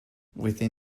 within